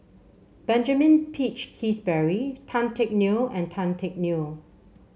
Benjamin Peach Keasberry Tan Teck Neo and Tan Teck Neo